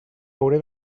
hauré